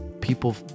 People